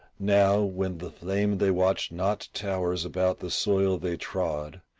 now, when the flame they watch not towers about the soil they trod,